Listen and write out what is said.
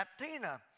Latina